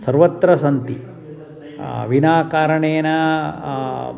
सर्वत्र सन्ति विनाकारणेन